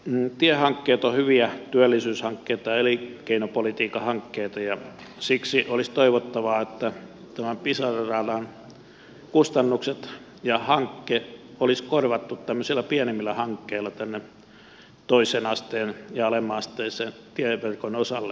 tiehankkeet ovat hyviä työllisyyshankkeita elinkeinopolitiikan hankkeita ja siksi olisi toivottavaa että tämän pisara ratahanke olisi korvattu tämmöisillä pienemmillä hankkeilla tänne toisen asteen ja alemmanasteisen tieverkon osalle